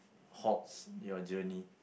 halts your journey